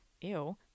ew